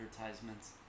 advertisements